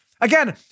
again